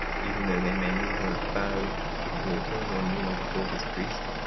even though they may neither bow to his altar nor kneel before his priest,